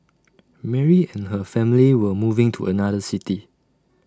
Mary and her family were moving to another city